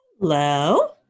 Hello